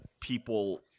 people